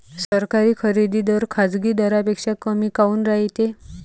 सरकारी खरेदी दर खाजगी दरापेक्षा कमी काऊन रायते?